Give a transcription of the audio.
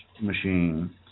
machine